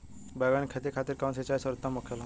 बैगन के खेती खातिर कवन सिचाई सर्वोतम होखेला?